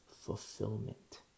fulfillment